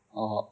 oh